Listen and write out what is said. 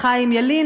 חיים ילין,